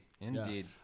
Indeed